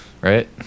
Right